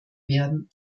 werden